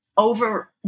Over